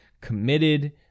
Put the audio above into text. committed